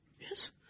Yes